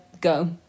go